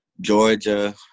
Georgia